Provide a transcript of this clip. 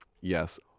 Yes